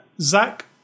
Zach